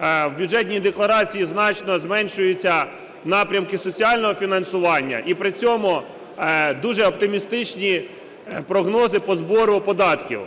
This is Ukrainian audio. в Бюджетній декларації значно зменшуються напрямки соціального фінансування, і при цьому дуже оптимістичні прогнози по збору податків.